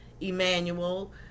Emmanuel